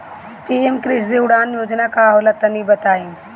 PM कृषि उड़ान योजना का होला तनि बताई?